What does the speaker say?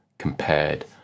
compared